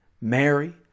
Mary